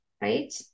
right